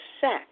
sex